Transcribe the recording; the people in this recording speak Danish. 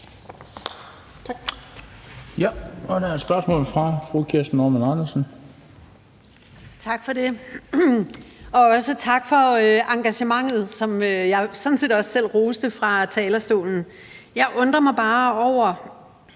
Tak for det. Og også tak for engagementet, som jeg sådan set også selv roste fra talerstolen. Jeg undrer mig bare over